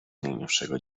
najnowszego